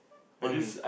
what you mean